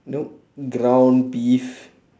nope ground beef